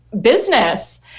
business